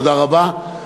תודה רבה.